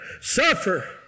suffer